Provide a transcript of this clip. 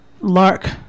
Lark